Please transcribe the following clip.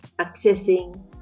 accessing